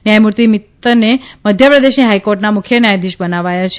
ન્યાયમૂર્તિ મિત્તને મધ્યપ્રદેશની હાઇકોર્ટના મુખ્ય ન્યાયાધીશ બનાવાયા છે